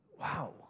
wow